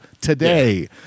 today